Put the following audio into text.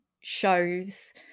shows